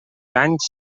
anys